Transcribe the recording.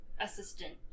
assistant